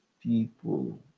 people